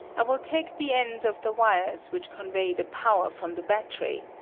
i will take the ends of the wires which convey the power from the battery,